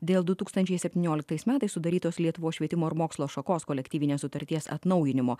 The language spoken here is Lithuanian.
dėl du tūkstančiai septynioliktais metais sudarytos lietuvos švietimo ir mokslo šakos kolektyvinės sutarties atnaujinimo